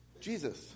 Jesus